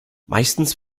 meistens